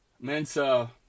Mensa